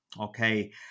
Okay